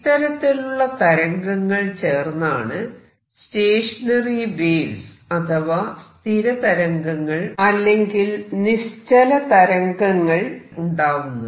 ഇത്തരത്തിലുള്ള തരംഗങ്ങൾ ചേർന്നാണ് സ്റ്റേഷനറി വേവ്സ് അഥവാ സ്ഥിര തരംഗങ്ങൾ അല്ലെങ്കിൽ നിശ്ചല തരംഗങ്ങൾ ഉണ്ടാവുന്നത്